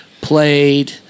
played